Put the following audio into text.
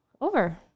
over